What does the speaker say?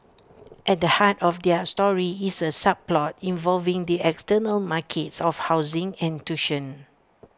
at the heart of their story is A subplot involving the external markets of housing and tuition